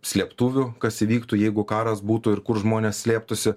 slėptuvių kas įvyktų jeigu karas būtų ir kur žmonės slėptųsi